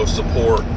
support